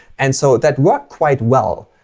and so that worked quite well,